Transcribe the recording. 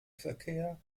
verkehr